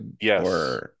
yes